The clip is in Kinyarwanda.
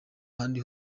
ahandi